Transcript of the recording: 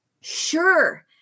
sure